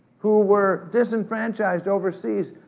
who were disenfranchised overseas.